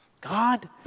God